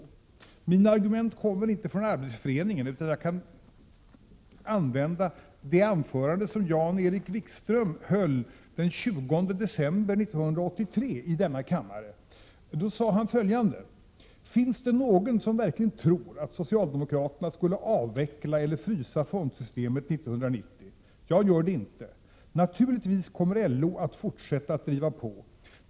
Mina argument kommer inte från Arbetsgivareföreningen. Jag kan använda det anförande som Jan-Erik Wikström höll den 20 december 1983 i denna kammare. Då sade han följande: ”Finns det någon som verkligen tror att socialdemokraterna skulle avveckla eller frysa fondsystemet 1990? Jag gör det inte. Naturligtvis kommer LO att fortsätta att driva på.